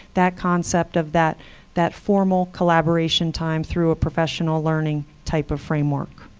that concept of that that formal collaboration time through a professional learning type of framework.